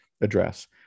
address